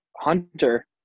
Hunter